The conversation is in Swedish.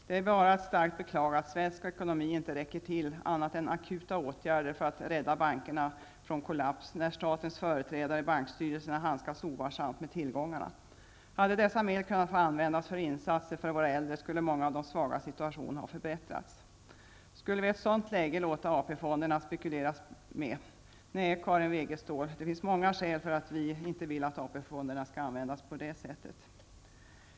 Det är bara att starkt beklaga att svensk ekonomi inte räcker till annat än till akuta åtgärder för att rädda bankerna från kollaps när statens företrädare i bankstyrelserna handskats ovarsamt med tillgångarna. Hade dessa medel kunnat användas för insatser för våra äldre, skulle många av de svagas situation ha förbättrats. Hade vi i ett sådant läge tillåtit spekulation med AP-fonderna? Nej, Karin Wegestål, det finns många skäl till att vi anser att AP-fonderna inte skall användas på detta sätt.